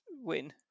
win